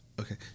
Okay